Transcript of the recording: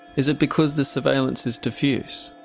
is it because the surveillance is diffuse,